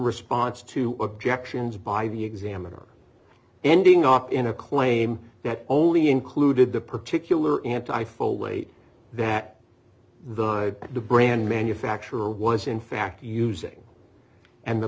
response to objections by the examiner ending up in a claim that only included the particular anti full weight that the brand manufacturer was in fact using and the